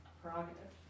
prerogative